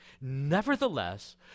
Nevertheless